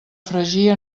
fregir